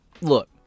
look